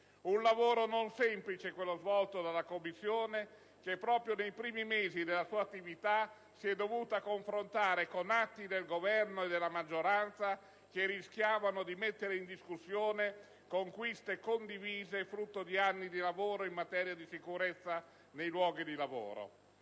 Un lavoro non semplice, quello svolto dalla Commissione, che, proprio nei primi mesi della sua attività, si è dovuta confrontare con atti del Governo e della maggioranza che rischiavano di mettere in discussione conquiste condivise, frutto di anni di lavoro in materia di sicurezza nei luoghi di lavoro.